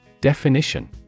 Definition